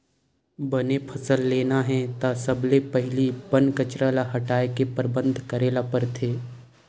बने फसल लेना हे त सबले पहिली बन कचरा ल हटाए के परबंध करे ल परथे